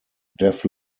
def